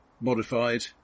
Modified